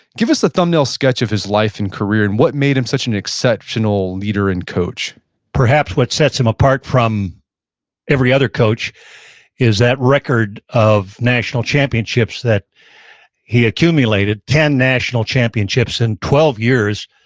give us a thumbnail sketch of his life and career, and what made him such an exceptional leader and coach perhaps what sets him apart from every other coach is that record of national championships that he'd accumulated, ten national championships in twelve years,